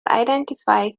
identify